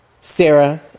Sarah